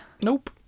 Nope